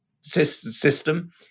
system